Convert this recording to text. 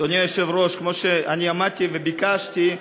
אדוני היושב-ראש, כמו שאני עמדתי וביקשתי,